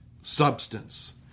substance